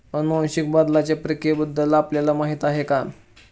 अनुवांशिक बदलाच्या प्रक्रियेबद्दल आपल्याला माहिती आहे का?